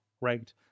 right